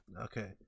Okay